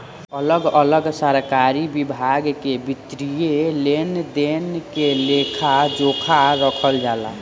अलग अलग सरकारी विभाग में वित्तीय लेन देन के लेखा जोखा रखल जाला